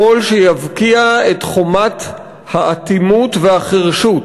קול שיבקיע את חומת האטימות והחירשות